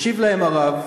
משיב להם הרב: